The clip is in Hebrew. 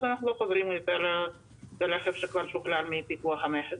אז אנחנו לא זוכרים לרכב שכבר שוחרר מפיקוח המכס.